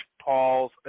Paul's